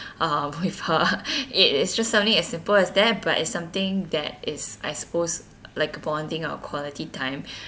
um with her it it's just something as simple as that but is something that is I suppose like bonding or quality time